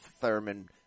Thurman